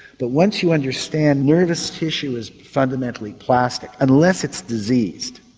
but once you understand nervous tissue is fundamentally plastic, unless it's diseased,